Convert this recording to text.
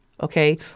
okay